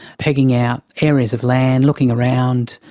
pegging out areas of land, looking around,